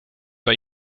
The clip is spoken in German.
bei